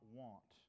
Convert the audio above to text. want